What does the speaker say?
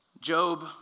Job